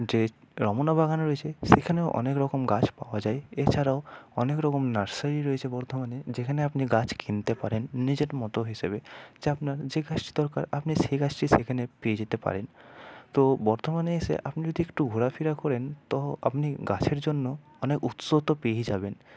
যে রমণা বাগান রয়েছে সেখানেও অনেক রকম গাছ পাওয়া যায় এছাড়াও অনেক রকম নার্সারি রয়েছে বর্ধমানে যেখানে আপনি গাছ কিনতে পারেন নিজের মত হিসাবে যা আপনার যে গাছটি দরকার আপনি সেই গাছটি সেখানে পেয়ে যেতে পারেন তো বর্ধমানে এসে আপনি যদি একটু ঘোরা ফেরা করেন তো আপনি গাছের জন্য অনেক উৎস তো পেয়েই যাবেন